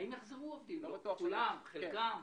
האם יחזרו עובדים כולם, חלקם?